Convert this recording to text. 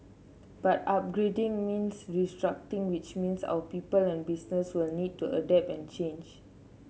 but upgrading means restructuring which means our people and businesses will need to adapt and change